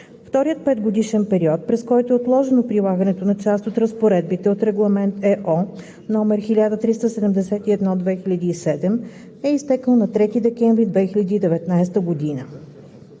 Вторият петгодишен период, през който е отложено прилагането на част от разпоредбите от Регламент (ЕО) № 1371/2007, е изтекъл на 3 декември 2019 г.